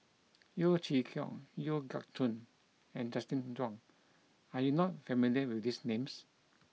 Yeo Chee Kiong Yeo Siak Goon and Justin Zhuang are you not familiar with these names